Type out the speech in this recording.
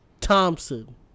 Thompson